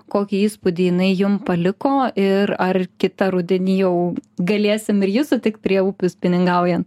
kokį įspūdį jinai jum paliko ir ar kitą rudenį jau galėsim ir jus sutikt prie upių spiningaujant